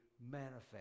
manifest